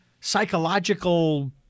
psychological